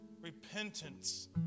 Repentance